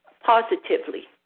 positively